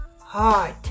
heart